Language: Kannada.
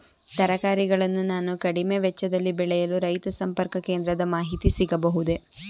ತರಕಾರಿಗಳನ್ನು ನಾನು ಕಡಿಮೆ ವೆಚ್ಚದಲ್ಲಿ ಬೆಳೆಯಲು ರೈತ ಸಂಪರ್ಕ ಕೇಂದ್ರದ ಮಾಹಿತಿ ಸಿಗಬಹುದೇ?